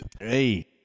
hey